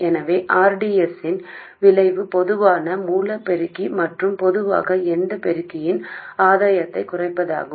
எனவே r d s இன் விளைவு பொதுவான மூல பெருக்கி மற்றும் பொதுவாக எந்த பெருக்கியின் ஆதாயத்தைக் குறைப்பதாகும்